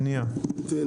תראה,